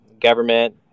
Government